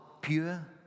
pure